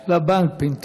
לבנק.